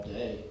day